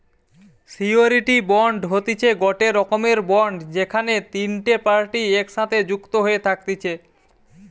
surety bond হতিছে গটে রকমের বন্ড যেখানে তিনটে পার্টি একসাথে যুক্ত হয়ে থাকতিছে